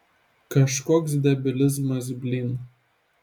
kažkoks debilizmas blyn